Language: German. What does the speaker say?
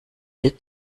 der